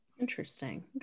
Interesting